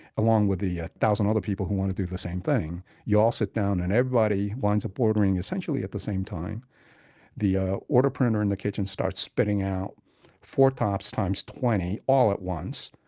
along with the one yeah thousand other people who want to do the same thing. you all sit down and everybody lines up ordering essentially at the same time the ah order printer in the kitchen starts spitting out four-tops times twenty all at once.